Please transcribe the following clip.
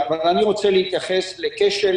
אבל אני רוצה להתייחס לכשל,